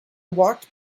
walked